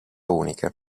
unica